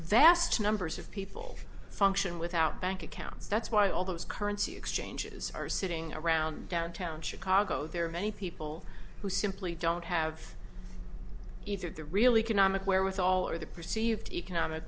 vast numbers of people function without bank accounts that's why all those currency exchanges are sitting around downtown chicago there are many people who simply don't have either the really canonic wherewith all or the perceived economic